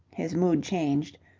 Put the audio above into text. his mood changed.